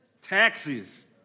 Taxes